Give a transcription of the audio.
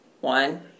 one